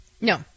No